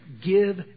give